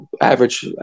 average